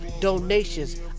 donations